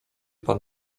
pan